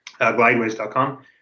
glideways.com